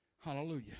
Hallelujah